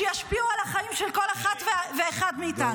שישפיעו על החיים של כל אחת ואחד מאיתנו.